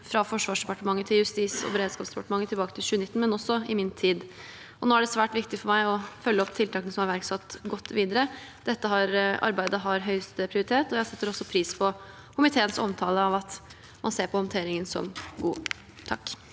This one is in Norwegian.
fra Forsvarsdepartementet til Justis- og beredskapsdepartementet tilbake i 2019, men også i min tid. Nå er det svært viktig for meg å følge opp tiltakene som er iverksatt, på en god måte videre. Dette arbeidet har høyeste prioritet, og jeg setter også pris på komiteens omtale av at man ser på håndteringen som god.